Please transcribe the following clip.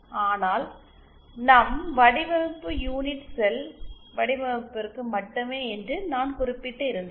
ஆனால் நம் வடிவமைப்பு யூனிட் செல் வடிவமைப்பிற்கு மட்டுமே என்று நான் குறிப்பிட்டு இருந்தேன்